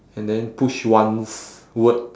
and then push once word